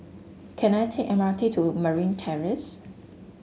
can I take M R T to Marine Terrace